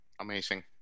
amazing